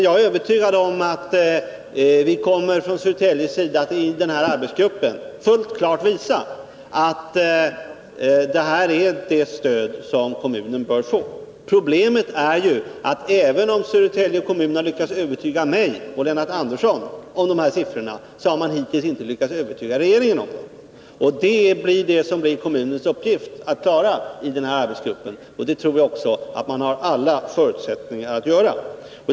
Jag är övertygad om att vi från Södertälje i den föreslagna arbetsgruppen skall kunna visa klart att det här är det stöd som kommunen bör få. Problemet är att även om Södertälje kommun har lyckats övertyga mig och Lennart Andersson om de här siffrorna, så har kommunen ännu inte lyckats övertyga regeringen om dem. Det blir kommunens uppgift i den här arbetsgruppen att klara det, och det tror jag också att man har alla förutsättningar att göra.